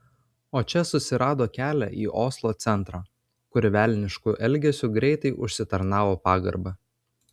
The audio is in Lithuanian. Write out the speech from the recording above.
o čia susirado kelią į oslo centrą kur velnišku elgesiu greitai užsitarnavo pagarbą